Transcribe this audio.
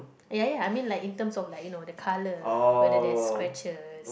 ya ya I mean like in terms of like you know the colour whether there is scratches